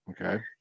Okay